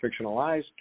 fictionalized